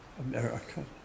American